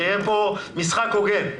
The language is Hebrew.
שיהיה פה משחק הוגן.